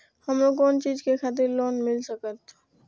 हमरो कोन चीज के खातिर लोन मिल संकेत?